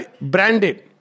Branded